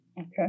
Okay